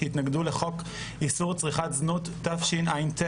שהתנגדו לחוק איסור צריכת זנות תשע"ט-2019.